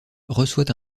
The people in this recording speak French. reçoit